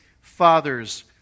father's